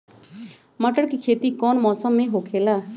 मटर के खेती कौन मौसम में होखेला?